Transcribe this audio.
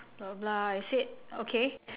blah blah I said okay